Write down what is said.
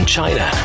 China